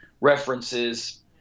references